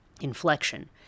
inflection